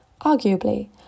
Arguably